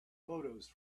photos